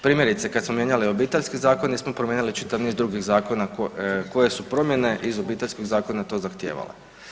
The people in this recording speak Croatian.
Primjerice kada smo mijenjali Obiteljski zakon nismo promijenili čitav niz drugih zakona koje su promjene iz Obiteljskog zakona to zahtijevale.